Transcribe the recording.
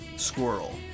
squirrel